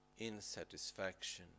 insatisfaction